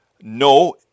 no